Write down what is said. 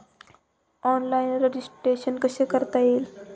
Online registration कसे करता येईल?